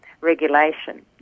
regulation